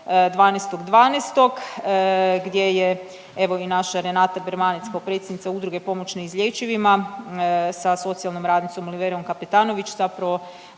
12.12. gdje je evo i naša Renata Bermanec kao predsjednica Udruge pomoć neizlječivima sa socijalnom radnicom Oliverom Kapetanović zapravo imala